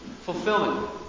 fulfillment